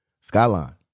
Skyline